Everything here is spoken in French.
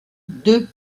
deux